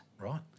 Right